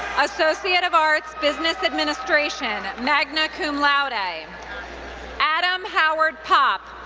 associate of arts, business administration, magna cum laude. i mean adam howard popp,